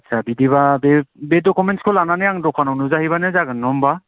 आदसा बिदिबा बे बे दखुमेन्ट्सखौ लानानै आङो दखानाव नुजाहैबानो जागोन नङा होनबा